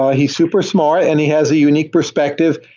ah he's super smart and he has a unique perspective,